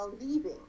leaving